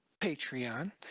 Patreon